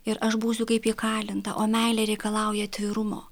ir aš būsiu kaip įkalinta o meilė reikalauja atvirumo